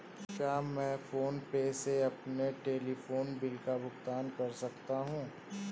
क्या मैं PhonePe से अपने टेलीफोन बिल का भुगतान कर सकता हूँ?